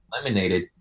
eliminated